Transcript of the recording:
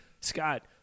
Scott